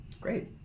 Great